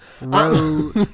road